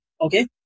okay